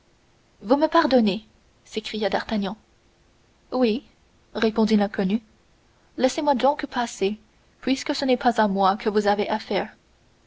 vous me pardonnez s'écria d'artagnan oui répondit l'inconnu laissez-moi donc passer puisque ce n'est pas à moi que vous avez affaire